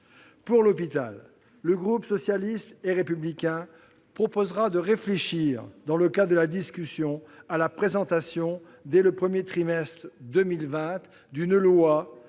Pour l'hôpital, le groupe socialiste et républicain proposera de réfléchir, dans le cadre de la discussion, à la présentation, dès le premier trimestre de 2020, d'une loi